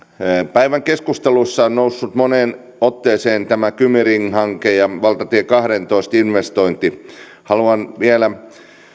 päivän keskustelussa on noussut moneen otteeseen tämä kymi ring hanke ja valtatie kahdentoista investointi haluan vielä